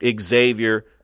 Xavier